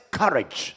courage